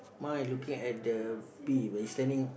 mine looking at the bee when standing